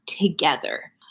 together